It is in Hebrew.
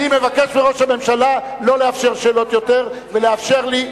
אני מבקש מראש הממשלה לא לאפשר שאלות יותר ולאפשר לי,